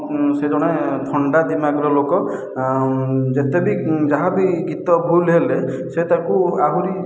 ସେ ଜଣେ ଥଣ୍ଡା ଦିମାଗର ଲୋକ ଯେତେ ବି ଯାହା ବି ଗୀତ ଭୁଲ ହେଲେ ସେ ତାକୁ ଆହୁରି